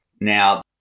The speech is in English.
Now